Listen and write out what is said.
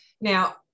Now